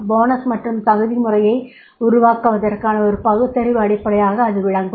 bonus மற்றும் தகுதி முறையை உருவாக்குவதற்கான ஒரு பகுத்தறிவு அடிப்படையாக அது விளங்கும்